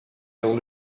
only